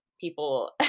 people